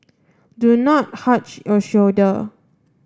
do not hunch your shoulder